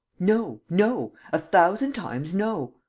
no! no! a thousand times no!